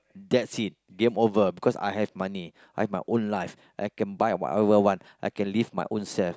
that's it game over because I have money I have my own life I can buy whatever I want I can live my own self